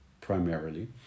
primarily